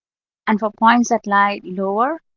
and for points that lie lower,